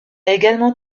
également